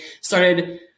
started